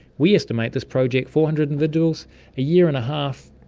we estimate this project, four hundred individuals, a year and a half,